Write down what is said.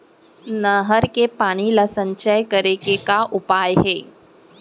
नहर के पानी ला संचय करे के का उपाय हे?